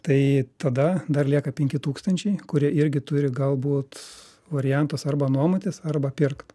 tai tada dar lieka penki tūkstančiai kurie irgi turi galbūt variantas arba nuomotis arba pirkt